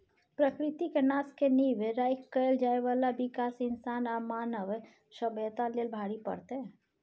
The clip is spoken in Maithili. प्रकृति के नाश के नींव राइख कएल जाइ बाला विकास इंसान आ मानव सभ्यता लेल भारी पड़तै